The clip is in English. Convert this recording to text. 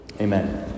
Amen